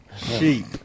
Sheep